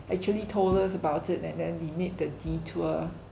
actually told us about it and then we made the detour